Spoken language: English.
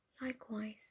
Likewise